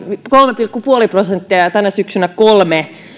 kolme pilkku viisi prosenttia ja ja tänä syksynä kolme